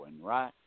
right